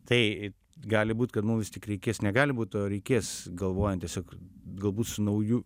tai gali būt kad mum vis tik reikės negali būt o reikės galvojant tiesiog galbūt su nauju